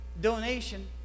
donation